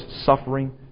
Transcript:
Suffering